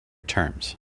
terms